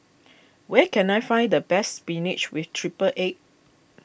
where can I find the best Spinach with Triple Egg